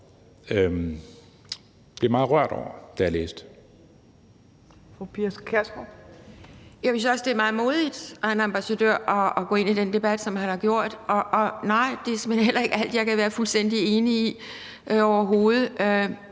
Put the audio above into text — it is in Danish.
Kl. 15:41 Pia Kjærsgaard (DF): Jeg synes også, at det er meget modigt af en ambassadør at gå ind i den debat, som han har gjort. Og nej, det er såmænd heller ikke alt, jeg kan være fuldstændig enig i, overhovedet,